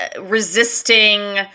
resisting